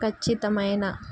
ఖచ్చితమైన